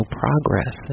progress